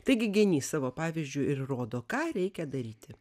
taigi genys savo pavyzdžiu ir rodo ką reikia daryti